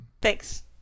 thanks